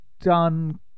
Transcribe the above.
done